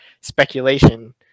speculation